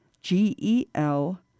g-e-l